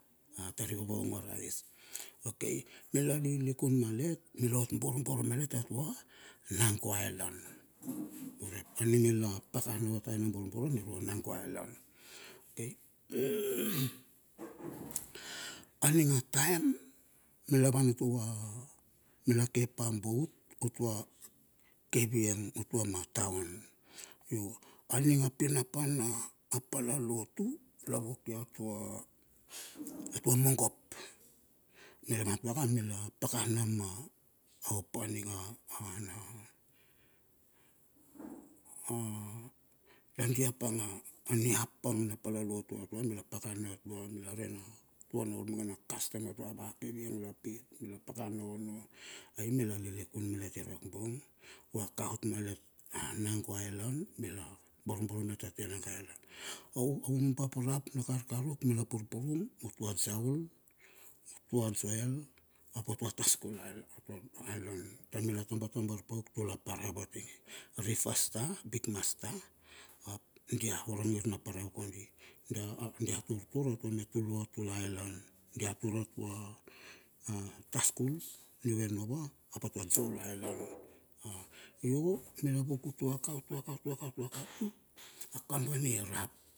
Tar i vavaongor ice. Okai mila lilikun malet mila ot borbor malet atua nango island urep a numila pakana ot aina borborian irua nango island. Okai aning ataem mila van utua mila ke pa a bout utua kavieng utua ma taon. Yo aning pinapa na pal na lotu la voki atua atua mongop mila van utuaka nula pakana ma a opaning a an a aniapang aniapang na pala lotu a tua mila paka na atua. Mila re na voro na kastam ava kavieng la pit mila pakana ono ai mila lilikun malet irakbong vuaka ot malet a nango island mila borbor malet atia nango island. Oumubap rap na karkaruk mila purpurum utua jaul utua joel ap utua taskul island. Tar mila tabatabar pauk ura parau atinge rifastar bigmaster ap dia ura ngir na parau kondi dia tur tur atua me tulua tula island. Dia tur atua taskul new n ova ap atua joul island mila wok utuaka utuaka utuaka utuaka tuk a kampani irap.